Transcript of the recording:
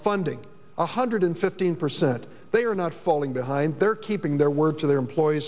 funding one hundred fifteen percent they are not falling behind they're keeping their word to their employees